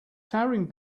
towering